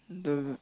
lol